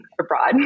abroad